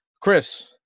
Chris